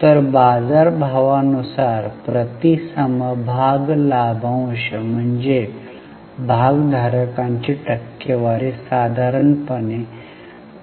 तर बाजारभावानुसार प्रति समभाग लाभांश म्हणजे भागधारकांची टक्केवारी साधारणपणे